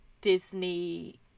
Disney